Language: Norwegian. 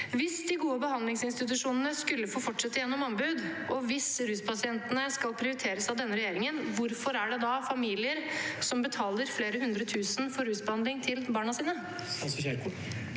Hvis de gode behandlingsinstitusjonene skulle få fortsette gjennom anbud, og hvis ruspasientene skal prioriteres av denne regjeringen, hvorfor er det da familier som betaler flere hundre tusen for rusbehandling til barna sine?